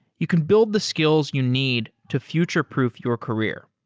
you can build the skills you need to future-proof your career.